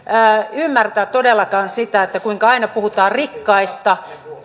ymmärtää todellakaan sitä kuinka aina puhutaan rikkaista ja